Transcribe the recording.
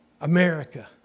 America